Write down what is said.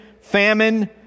famine